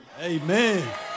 Amen